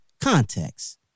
context